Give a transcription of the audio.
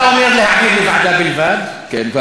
אתה אומר להעביר לוועדה בלבד, כן.